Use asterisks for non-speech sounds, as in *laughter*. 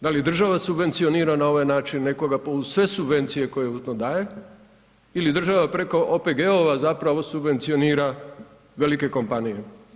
Da li država subvencionira na ovaj način nekoga uz sve subvencije koje ... *unintelligible* daje ili država preko OPG-ova zapravo subvencionira velike kompanije.